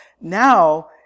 Now